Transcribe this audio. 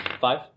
Five